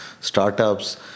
startups